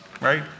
Right